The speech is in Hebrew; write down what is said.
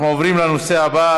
אנחנו עוברים לנושא הבא,